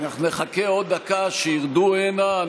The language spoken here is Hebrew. נחכה עוד דקה שירדו הנה.